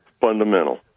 fundamental